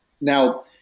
Now